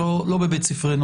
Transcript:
לא בבית ספרנו.